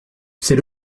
c’est